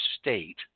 state